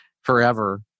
forever